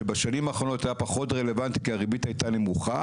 שבשנים האחרונות היה פחות רלוונטי כי הריבית הייתה נמוכה,